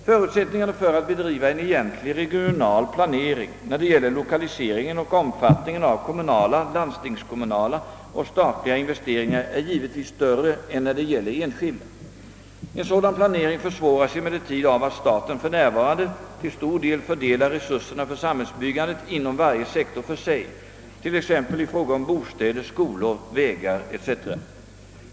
Förutsättningarna för att bedriva en egentlig regional planering när det gäller lokaliseringen och omfattningen av kommunala, landstingskommunala och statliga investeringar är givetvis större än när det gäller enskilda. En sådan planering försvåras emellertid av att staten för närvarande till stor del fördelar resurserna för samhällsbyggandet inom varje sektor för sig, t.ex. i fråga om bostäder, skolor, vägar etc.